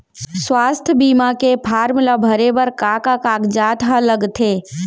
स्वास्थ्य बीमा के फॉर्म ल भरे बर का का कागजात ह लगथे?